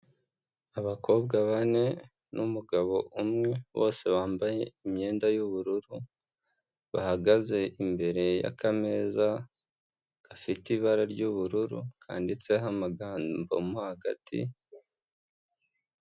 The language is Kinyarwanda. Abakobwa bane n'umugabo umwe bose bambaye imyenda y'ubururu, bahagaze imbere y'akameza gafite ibara ry'uburu, kanditseho amagambo hagati.